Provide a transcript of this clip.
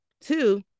Two